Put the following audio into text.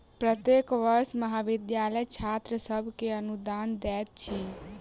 प्रत्येक वर्ष महाविद्यालय छात्र सभ के अनुदान दैत अछि